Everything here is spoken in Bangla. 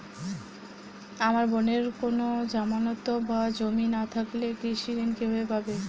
আমার বোনের কোন জামানত বা জমি না থাকলে কৃষি ঋণ কিভাবে পাবে?